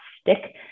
stick